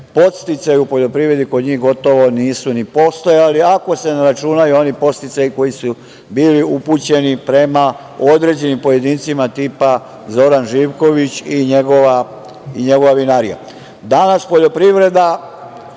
podsticaji u poljoprivredi kod njih gotovo nisu ni postojali, ako se ne računaju oni podsticaji koji su bili upućeni prema određenim pojedincima tipa Zoran Živković i njegova vinarija. Danas